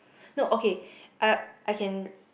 no okay I I can